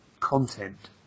Content